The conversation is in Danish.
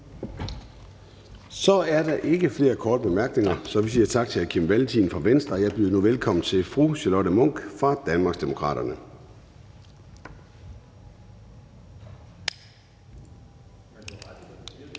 Så er der ikke flere korte bemærkninger, så vi siger tak til hr. Kim Valentin fra Venstre. Jeg byder nu velkommen til fru Charlotte Munch fra Danmarksdemokraterne.